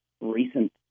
recent